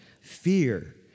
Fear